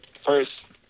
first